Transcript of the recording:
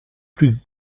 plus